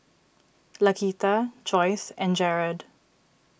Laquita Joyce and Jarad